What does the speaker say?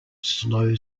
slow